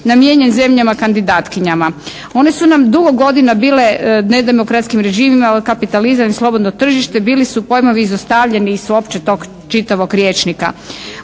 namijenjen zemljama kandidatkinjama. One su nam dugo godina bile nedemokratskim režimima, kapitalizam i slobodno tržište, bili su pojmovi izostavljeni iz uopće tog čitavog rječnika.